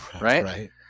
right